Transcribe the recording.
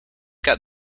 got